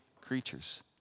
creatures